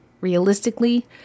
realistically